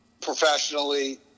professionally